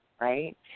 right